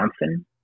Johnson